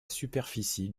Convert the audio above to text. superficie